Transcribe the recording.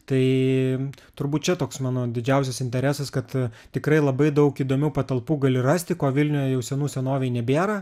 tai turbūt čia toks mano didžiausias interesas kad tikrai labai daug įdomių patalpų gali rasti ko vilniuje jau senų senovėj nebėra